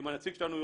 עם הנציג שלנו,